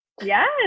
Yes